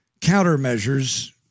countermeasures